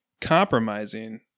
Compromising